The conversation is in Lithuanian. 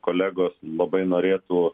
kolegos labai norėtų